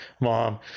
mom